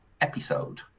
episode